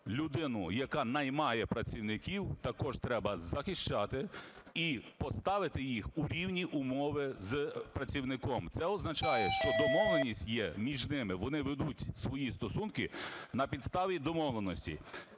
людину, яка наймає працівників, також треба захищати і поставити їх у рівні умови з працівником. Це означає, що домовленість є між ними, вони ведуть свої стосунки на підставі домовленості.